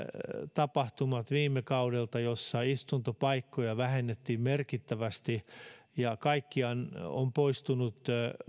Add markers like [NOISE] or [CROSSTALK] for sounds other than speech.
tapahtumat viime kaudelta jossa istuntopaikkoja vähennettiin merkittävästi [UNINTELLIGIBLE] [UNINTELLIGIBLE] [UNINTELLIGIBLE] [UNINTELLIGIBLE] [UNINTELLIGIBLE] [UNINTELLIGIBLE] [UNINTELLIGIBLE] [UNINTELLIGIBLE] ja kun kaikkiaan on poistunut